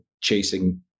chasing